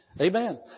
Amen